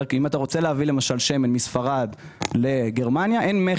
אם אתה רוצה להביא שמן מספרד לגרמניה אין מכס.